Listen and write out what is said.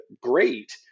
great